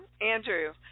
Andrew